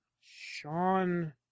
Sean